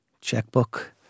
checkbook